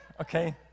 okay